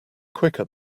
quicker